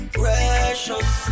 Precious